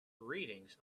readings